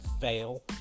fail